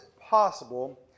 possible